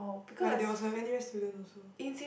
like there was a N_U_S student also